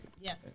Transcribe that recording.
Yes